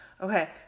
Okay